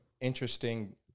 interesting